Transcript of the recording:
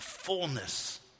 fullness